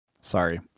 Sorry